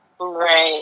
right